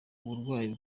uburwayi